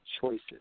choices